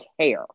care